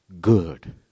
good